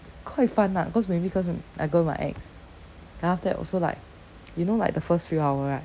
quite fun lah cause maybe cause I go with my ex then after that also like you know like the first few hour right